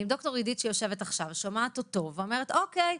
ד"ר אידית שומעת אותו ואומרת: אוקיי,